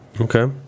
Okay